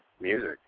music